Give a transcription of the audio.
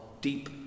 deep